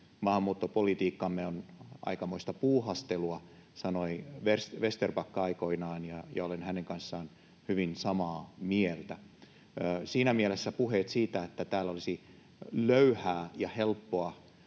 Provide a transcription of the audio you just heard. maahanmuuttopolitiikkamme on aikamoista puuhastelua, sanoi Vesterbacka aikoinaan, ja olen hänen kanssaan hyvin samaa mieltä. Siinä mielessä puheet, väittämät, siitä, että täällä olisi löyhää ja helppoa